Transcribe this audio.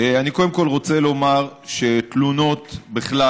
קודם כול אני רוצה לומר שתלונה בכלל,